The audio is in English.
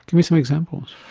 give me some examples.